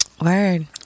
Word